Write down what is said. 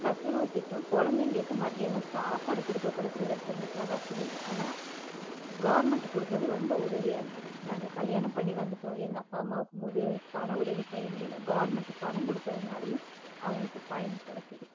சத்துணவு திட்டம் குழந்தைங்ளுக்கு மத்தியானோ சாப்பாடு கொடுக்க கூட சிலருக்கு எங்ளுக்கெலாம் வசதி இல்லை ஆனால் கவுர்மெண்ட் கொடுக்கது ரொம்ப உதவியாக இருக்குது நாங்கள் கல்யாணம் பண்ணி வந்துட்டோம் எங்கள் அப்பா அம்மாவுக்கு முது பண உதவி செய்ய முடியலை கவுர்மெண்ட் பணம் கொடுக்கறதுனாலயும் அவங்களுக்கு பயன் கிடக்கிது